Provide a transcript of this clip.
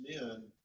men